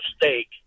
mistake